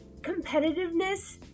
competitiveness